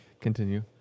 Continue